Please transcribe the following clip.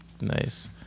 nice